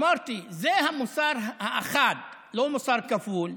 אמרתי: זה מוסר אחד, לא מוסר כפול.